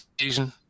season